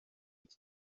iki